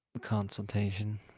consultation